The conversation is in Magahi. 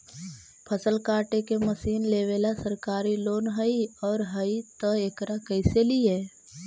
फसल काटे के मशीन लेबेला सरकारी लोन हई और हई त एकरा कैसे लियै?